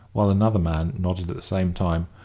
while another man nodded at the same time.